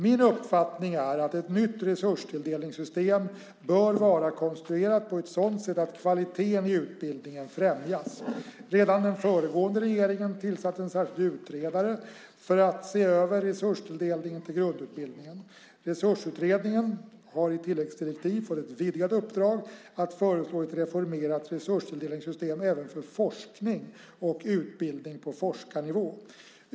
Min uppfattning är att ett nytt resurstilldelningssystem bör vara konstruerat på ett sådant sätt att kvaliteten i utbildningen främjas. Redan den föregående regeringen tillsatte en särskild utredare för att se över resurstilldelningen till grundutbildningen. Resursutredningen har i tilläggsdirektiv fått ett vidgat uppdrag att föreslå ett reformerat resurstilldelningssystem även för forskning och utbildning på forskarnivå.